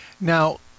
Now